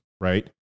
right